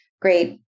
great